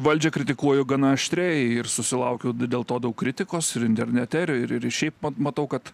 valdžią kritikuoju gana aštriai ir susilaukiu dėl to daug kritikos ir internete ir ir ir šiaip mat matau kad